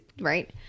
right